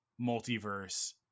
multiverse